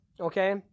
Okay